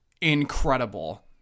incredible